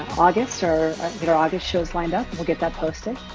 august or get our august shows lined up we'll get that posted.